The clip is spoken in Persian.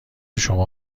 شما